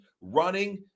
running